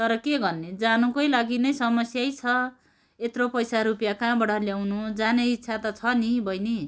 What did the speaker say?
तर के भन्ने जानु कै लागि त समस्यै छ यत्रो पैसा रुपियाँ कहाँबाट ल्याउनु जाने इच्छा त छ नि बहिनी